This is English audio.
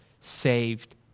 saved